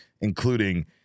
including